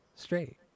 straight